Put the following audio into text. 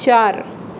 चार